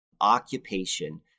occupation